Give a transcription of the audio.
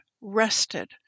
rested